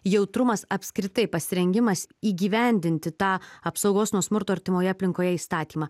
jautrumas apskritai pasirengimas įgyvendinti tą apsaugos nuo smurto artimoje aplinkoje įstatymą